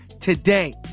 today